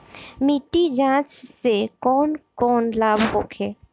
मिट्टी जाँच से कौन कौनलाभ होखे?